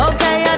Okay